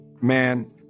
Man